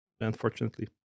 unfortunately